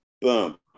boom